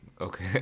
okay